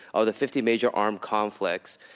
of the fifty major armed conflicts